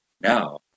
now